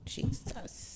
Jesus